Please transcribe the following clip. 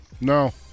no